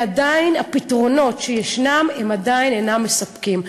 והפתרונות שישנם עדיין אינם מספקים.